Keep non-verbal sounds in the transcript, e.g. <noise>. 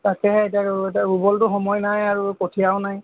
তাকেহে এতিয়া <unintelligible> এতিয়া ৰুবলৈতো সময় নাই আৰু কঠিয়াও নাই